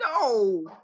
No